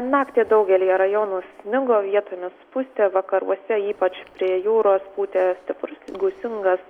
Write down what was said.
naktį daugelyje rajonų snigo vietomis pustė vakaruose ypač prie jūros pūtė stiprus gūsingas